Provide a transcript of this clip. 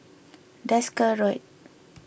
Desker Road